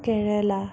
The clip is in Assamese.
কেৰেলা